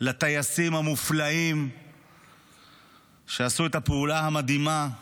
לטייסים המופלאים שעשו את הפעולה המדהימה והמופלאה,